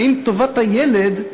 האם טובת הילד,